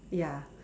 ya